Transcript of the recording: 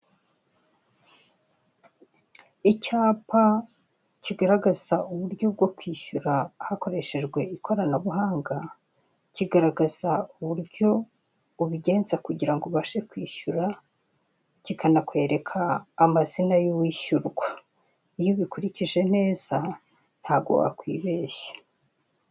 Icyapa kigaragaza uburyo bwo kwishyura hakorashejwe ikoranabuhanga, kigaragaza uburyo ubigenza kugira ngo ubashe kwishyura, kikanakwereka amazina y'uwishyurwa. Iyo ubikurikije neza, ntago wakwibeshya.